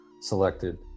selected